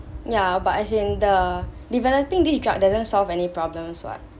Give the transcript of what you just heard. ya but as in the developing this drug doesn't solve any problems [what]